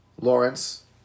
Lawrence